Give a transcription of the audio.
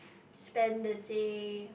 spend the day